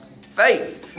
Faith